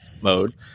mode